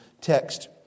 text